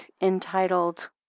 entitled